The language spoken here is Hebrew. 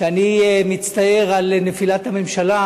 שבגללו אני מצטער על נפילת הממשלה,